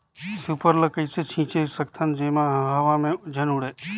Super ल कइसे छीचे सकथन जेमा हवा मे झन उड़े?